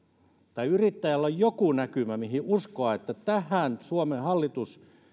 tai yrittäjillä on joku näkymä mihin uskoa että tähän suomen hallitus